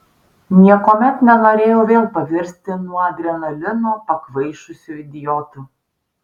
niekuomet nenorėjau vėl pavirsti nuo adrenalino pakvaišusiu idiotu